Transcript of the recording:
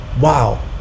Wow